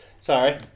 Sorry